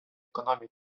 економіки